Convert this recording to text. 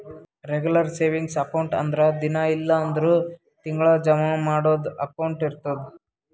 regular savings account ಅಂದುರ್ ದಿನಾ ಇಲ್ಲ್ ಅಂದುರ್ ತಿಂಗಳಾ ಜಮಾ ಮಾಡದು ಅಕೌಂಟ್ ಇರ್ತುದ್